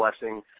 blessing